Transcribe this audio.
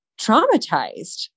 traumatized